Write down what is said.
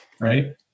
Right